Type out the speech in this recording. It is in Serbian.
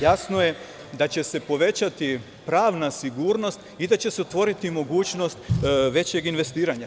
Jasno je da će se povećati pravna sigurnost i da će se otvoriti mogućnost većeg investiranja.